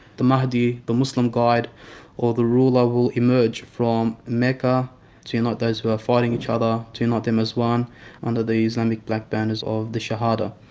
the mahdi, the muslim guide or the ruler will emerge from mecca to unite those who are fighting each other, to unite them as one under the islamic black banners of the shahada.